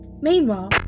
Meanwhile